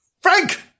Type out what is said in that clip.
Frank